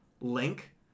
Link